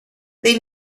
they